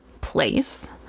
place